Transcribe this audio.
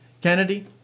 Kennedy